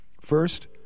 First